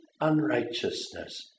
unrighteousness